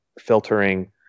filtering